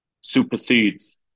supersedes